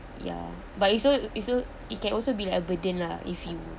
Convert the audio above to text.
ya but it's so it's so it can also be like burden lah if you